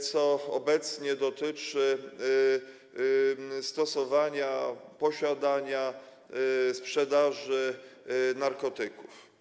co obecnie dotyczy stosowania, posiadania, sprzedaży narkotyków.